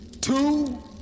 two